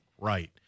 right